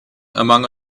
among